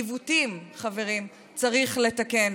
עיוותים, חברים, צריך לתקן.